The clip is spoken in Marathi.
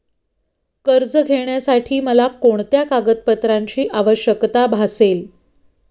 कर्ज घेण्यासाठी मला कोणत्या कागदपत्रांची आवश्यकता भासेल?